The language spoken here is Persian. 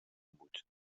بود